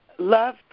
Love